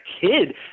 kid